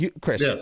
Chris